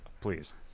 please